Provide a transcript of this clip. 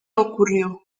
ocurrió